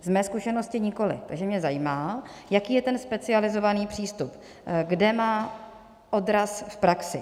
Z mé zkušenosti nikoliv, takže mě zajímá, jaký je ten specializovaný přístup, kde má odraz v praxi.